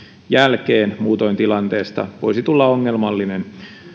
jälkeen muutoin tilanteesta voisi tulla ongelmallinen